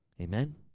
Amen